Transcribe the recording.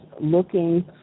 looking